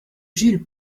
jules